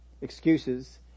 excuses